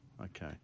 okay